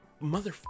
mother